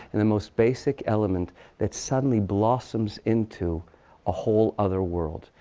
in the most basic element that suddenly blossoms into a whole other world.